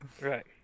right